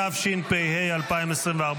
התשפ"ה 2024,